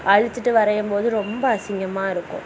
அழிச்சிட்டு வரையும்போது ரொம்ப அசிங்கமாக இருக்கும்